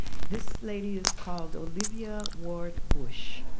this lady is called olivia ward bush,